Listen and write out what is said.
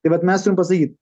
tai vat mes turim pasakyt